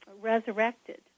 resurrected